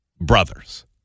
brothers